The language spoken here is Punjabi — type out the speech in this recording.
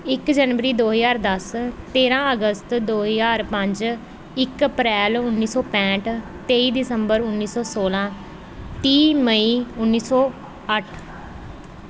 ਇੱਕ ਜਨਵਰੀ ਦੋ ਹਜ਼ਾਰ ਦਸ ਤੇਰ੍ਹਾਂ ਅਗਸਤ ਦੋ ਹਜ਼ਾਰ ਪੰਜ ਇੱਕ ਅਪ੍ਰੈਲ ਉੱਨੀ ਸੌ ਪੈਂਹਠ ਤੇਈ ਦਿਸੰਬਰ ਉੱਨੀ ਸੌ ਸੋਲ੍ਹਾਂ ਤੀਹ ਮਈ ਉੱਨੀ ਸੌ ਅੱਠ